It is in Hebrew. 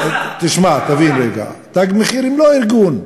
תשמע, תבין רגע, "תג מחיר" הם לא ארגון.